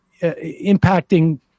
impacting